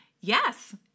Yes